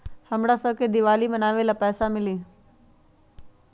हमरा शव के दिवाली मनावेला पैसा मिली?